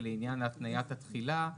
ולעניין התניית התחילה,